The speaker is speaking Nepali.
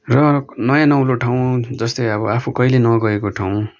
र नयाँ नौलो ठाउँ जस्तै अब आफू कहिल्यै नगएको ठाउँ